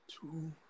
Two